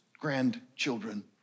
grandchildren